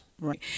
Right